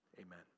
amen